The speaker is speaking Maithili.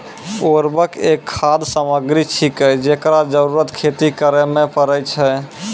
उर्वरक एक खाद सामग्री छिकै, जेकरो जरूरत खेती करै म परै छै